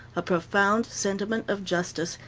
a profound sentiment of justice,